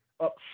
up